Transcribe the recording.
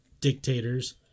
dictators